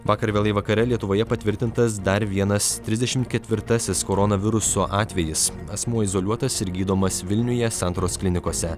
vakar vėlai vakare lietuvoje patvirtintas dar vienas trisdešimt ketvirtasis koronaviruso atvejis asmuo izoliuotas ir gydomas vilniuje santaros klinikose